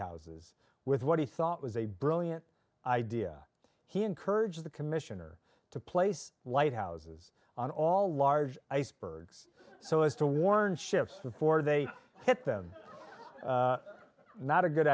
houses with what he thought was a brilliant idea he encouraged the commissioner to place lighthouses on all large icebergs so as to warn ships before they hit them not a good